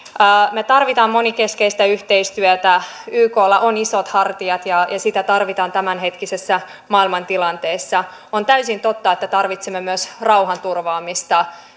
me tarvitsemme monenkeskistä yhteistyötä yklla on isot hartiat ja sitä tarvitaan tämänhetkisessä maailmantilanteessa on täysin totta että tarvitsemme myös rauhanturvaamista